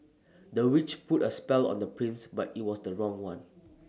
the witch put A spell on the prince but IT was the wrong one